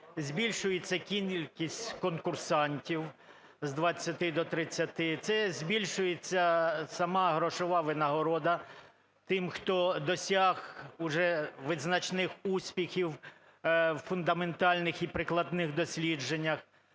збільшується кількість конкурсантів з 20-и до 30-и. Це збільшується сама грошова винагорода тим, хто досяг уже визначних успіхів у фундаментальних і прикладних дослідженнях.